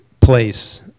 place